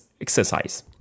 exercise